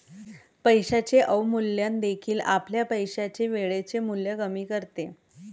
पैशाचे अवमूल्यन देखील आपल्या पैशाचे वेळेचे मूल्य कमी करते